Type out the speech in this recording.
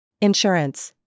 Insurance